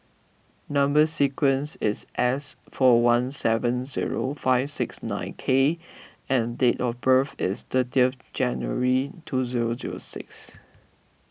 Number Sequence is S four one seven zero five six nine K and date of birth is thirty of January two zero zero six